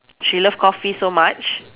she love coffee so much